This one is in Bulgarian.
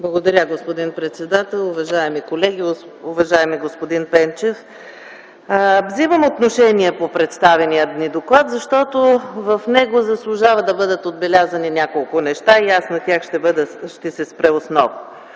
Благодаря, господин председател. Уважаеми колеги, уважаеми господин Пенчев! Вземам отношение по представения ни доклад, защото в него заслужава да бъдат отбелязани няколко неща и аз ще се спра основно